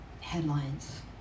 headlines